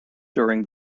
during